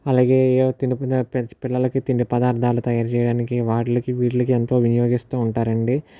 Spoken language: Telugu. అలాగే ఏవో తిండి పదార్థాలు పిల్లలకి తిండి పదార్థాలు తయారు చేయడానికి వాటికి వీటికి ఎంతో వినియోగిస్తూ ఉంటారు అండి